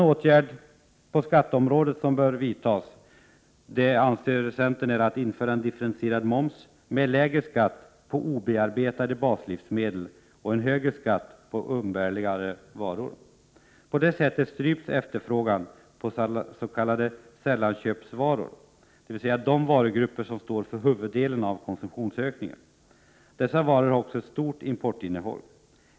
För det andra vill centern införa en differentierad moms med lägre skatt på obearbetade baslivsmedel och högre skatt på umbärligare varor. På detta sätt stryps efterfrågan på s.k. sällanköpsvaror, dvs. de varugrupper som står för huvuddelen av konsumtionsökningen. Dessa varor har också ett stort importinnehåll.